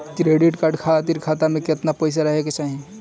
Credit card खातिर खाता में केतना पइसा रहे के चाही?